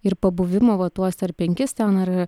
ir pabuvimo va tuos ar penkis ten ar